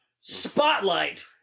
Spotlight